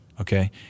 Okay